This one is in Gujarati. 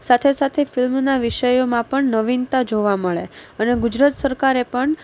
સાથે સાથે ફિલ્મના વિષયોમાં પણ નવીનતા જોવા મળે અને ગુજરાત સરકારે પણ